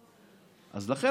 אז לכן,